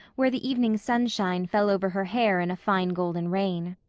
where the evening sunshine fell over her hair in a fine golden rain.